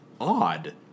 odd